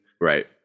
right